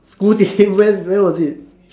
school days when when was it